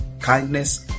kindness